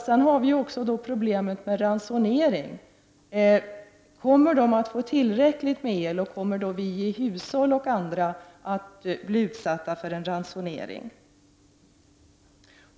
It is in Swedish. Sedan har vi också problemet med ransonering. Kommer det att finnas tillräckligt med el, eller kommer hushållen och andra att bli utsatta för ransonering?